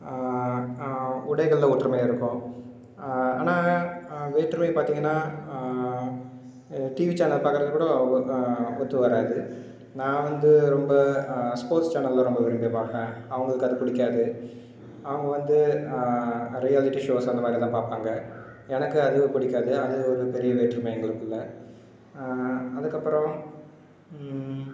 உடைகளில் ஒற்றுமையாக இருப்போம் ஆனால் வேற்றுமை பார்த்தீங்கன்னா டிவி சேனல் பார்க்கறது கூட ஒத் ஒத்து வராது நான் வந்து ரொம்ப ஸ்போர்ட்ஸ் சேனல் தான் ரொம்ப விரும்பி பார்பேன் அவங்களுக்கு அது பிடிக்காது அவங்க வந்து நிறைய ரியாலிட்டி ஷோஸ் அந்த மாதிரி தான் பார்ப்பாங்க எனக்கு அது பிடிக்காது அது ஒரு பெரிய வேற்றுமை எங்களுக்குள்ளே அதுக்கப்புறம்